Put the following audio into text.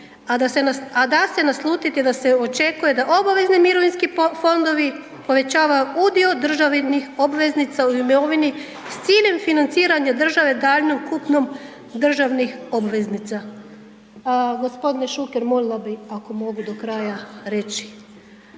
a da se naslutiti da se očekuje da obavezni mirovinski fondovi povećavaju udio državnih obveznica o imovini s ciljem financiranja države daljnjom kupnjom državnih obveznica. g. Šuker, molila bi ako mogu do kraja reći.